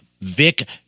Vic